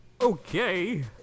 Okay